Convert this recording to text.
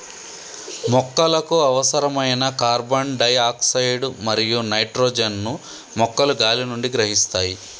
మొక్కలకు అవసరమైన carbon dioxide మరియు నైట్రోజన్ ను మొక్కలు గాలి నుండి గ్రహిస్తాయి